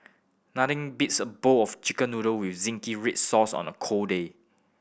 nothing beats a bowl of Chicken Noodle with zingy red sauce on a cold day